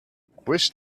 wish